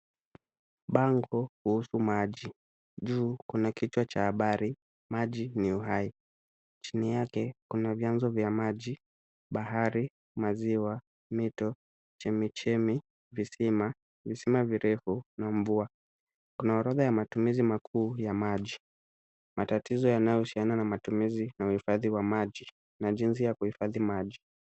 Bango kuhusu maji juu Kuna kichwa cha Bahari maji ni uhai .chini yake Kuna vyanzo vya maji ,bahari ,maziwa, mito chemichemi ,visima, visima virefu Na mvua kuna orodha ya matumizi makuu ya maji matatizo yanayo husiana na matumizi na uhifadhi wa maji Na jinsi ya kuhifadhi maji.